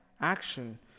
action